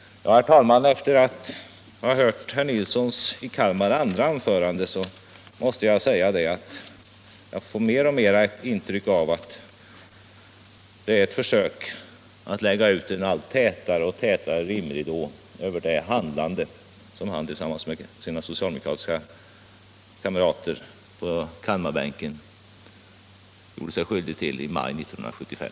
Herr talman! Efter att ha hört herr Nilssons andra anförande måste jag säga, att jag mer och mer får ett intryck av att det är ett försök att lägga ut en allt tätare dimridå över det handlande som han tillsammans med sina socialdemokratiska kamrater på Kalmarbänken gjorde sig skyldig till i maj 1975.